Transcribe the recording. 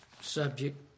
subject